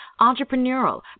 entrepreneurial